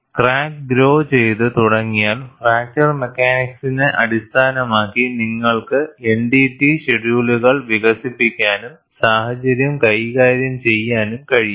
crack grow ചെയ്തു തുടങ്ങിയാൽ fracture മെക്കാനിക്സിനെ അടിസ്ഥാനമാക്കി നിങ്ങൾക്ക് NDT ഷെഡ്യൂളുകൾ വികസിപ്പിക്കാനും സാഹചര്യം കൈകാര്യം ചെയ്യാനും കഴിയും